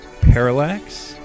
Parallax